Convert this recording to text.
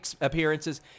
appearances